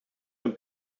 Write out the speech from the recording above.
een